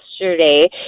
yesterday